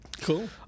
Cool